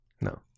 no